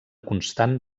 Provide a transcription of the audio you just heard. constant